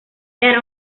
era